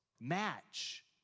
match